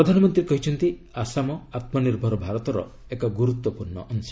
ପ୍ରଧାନମନ୍ତ୍ରୀ କହିଛନ୍ତି ଆସାମ ଆତ୍ମନିର୍ଭର ଏକ ଗୁରୁତ୍ୱପୂର୍ଣ୍ଣ ଅଂଶ